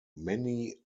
many